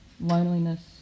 loneliness